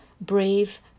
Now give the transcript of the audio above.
brave